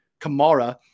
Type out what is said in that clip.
Kamara